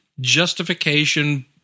justification